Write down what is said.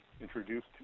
introduced